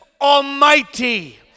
almighty